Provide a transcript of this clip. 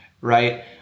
right